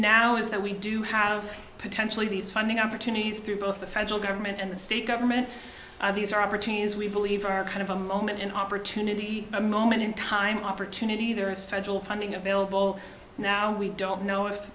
now is that we do have potentially these funding opportunities through both the federal government and the state government these are opportunities we believe are kind of a moment an opportunity a moment in time opportunity there is federal funding available now and we don't know if